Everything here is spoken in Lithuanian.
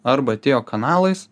arba atėjo kanalais